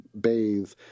bathe